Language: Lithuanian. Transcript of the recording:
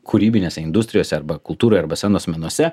kūrybinėse industrijose arba kultūroj arba scenos menuose